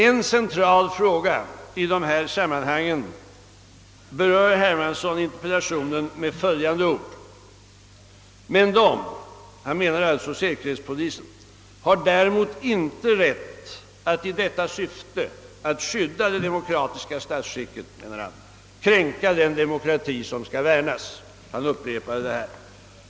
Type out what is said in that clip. En central fråga i dessa sammanhang berörde herr Hermansson i sin interpellation med följande ord: »Men de har däremot icke rätt att i detta syfte kränka den demokrati som skall värnas.